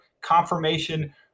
confirmation